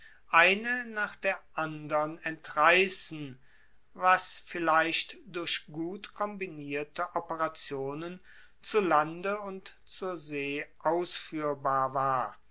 eine nach der andern entreissen was vielleicht durch gut kombinierte operationen zu lande und zur see ausfuehrbar war